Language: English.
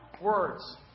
words